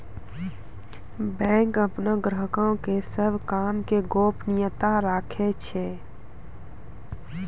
bank अपनो ग्राहको के सभ काम के गोपनीयता राखै छै